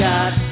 God